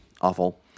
awful